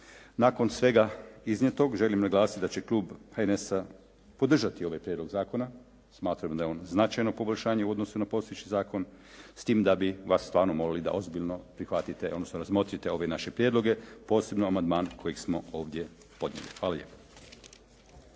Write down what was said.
Nakon svega iznijetog želim naglasiti da će klub HNS-a podržati ovaj prijedlog zakona. Smatram da je on značajno poboljšanje u odnosu na postojeći zakon s tim da bih vas stvarno molio da ozbiljno prihvatite, odnosno razmotrite ove naše prijedloge, posebno amandman kojeg smo ovdje podnijeli. Hvala lijepo.